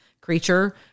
creature